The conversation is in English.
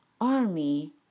army